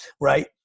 Right